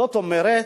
זאת אומרת,